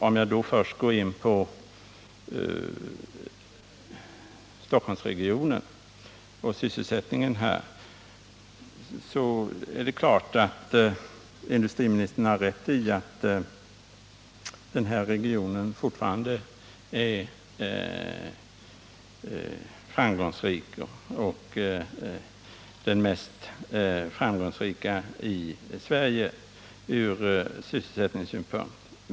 Om jag då först går in på Stockholmsregionen och sysselsättningen här, så vill jag säga att det är klart att industriministern har rätt i att denna region fortfarande är framgångsrik — den mest framgångsrika i Sverige från sysselsättningssynpunkt.